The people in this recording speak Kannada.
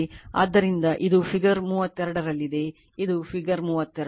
ಆದ್ದರಿಂದ ಅದು ಫಿಗರ್ ಮೂವತ್ತ 2 ರಲ್ಲಿದೆ ಇದು ಫಿಗರ್ 32